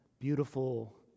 beautiful